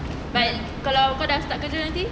but kalau kau dah start kerja nanti